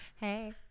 Hey